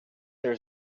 there